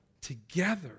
together